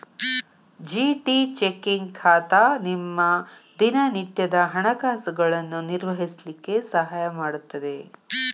GT checking ಖಾತಾ ನಿಮ್ಮ ದಿನನಿತ್ಯದ ಹಣಕಾಸುಗಳನ್ನು ನಿರ್ವಹಿಸ್ಲಿಕ್ಕೆ ಸಹಾಯ ಮಾಡುತ್ತದೆ